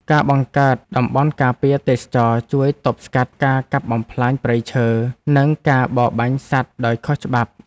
ការបង្កើតតំបន់ការពារទេសចរណ៍ជួយទប់ស្កាត់ការកាប់បំផ្លាញព្រៃឈើ និងការបរបាញ់សត្វដោយខុសច្បាប់។